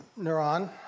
neuron